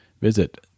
Visit